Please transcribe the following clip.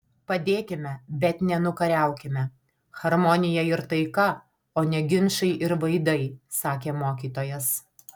padėkime bet ne nukariaukime harmonija ir taika o ne ginčai ir vaidai sakė mokytojas